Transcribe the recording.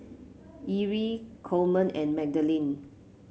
Erie Coleman and Madalynn